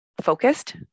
focused